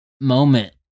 moment